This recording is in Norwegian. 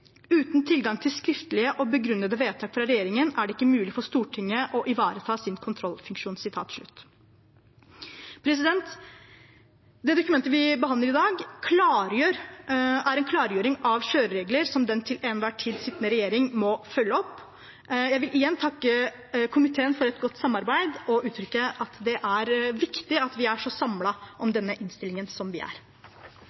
tilgang til skriftlige og begrunnede vedtak fra regjeringen er det ikke mulig for Stortinget å ivareta sin kontrollfunksjon.» Det dokumentet vi behandler i dag, er en klargjøring av kjøreregler som den til enhver tid sittende regjering må følge opp. Jeg vil igjen takke komiteen for et godt samarbeid og uttrykke at det er viktig at vi er så samlet om